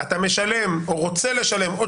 אתה משלם או רוצה לשלם עוד